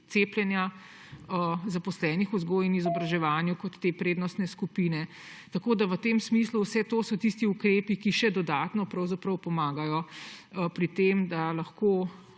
cepljenja zaposlenih v vzgoji in izobraževanju kot te prednostne skupine. V tem smislu so vse to tisti ukrepi, ki še dodatno pomagajo pri tem, da se lahko